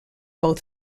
both